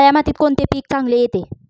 काळ्या मातीत कोणते पीक चांगले येते?